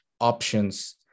options